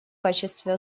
качестве